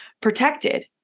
protected